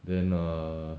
then err